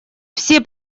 все